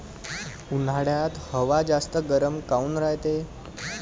उन्हाळ्यात हवा जास्त गरम काऊन रायते?